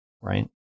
Right